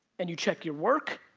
and you check your work,